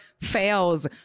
fails